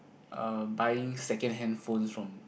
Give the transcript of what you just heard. uh buying second hand phones from people